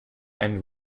and